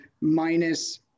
minus